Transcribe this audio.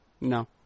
No